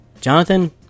jonathan